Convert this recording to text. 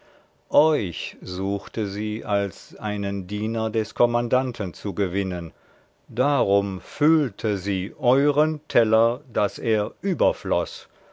euch suchte sie als einen diener des kommandanten zu gewinnen darum füllte sie euren teller daß er überfloß